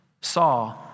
saw